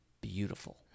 beautiful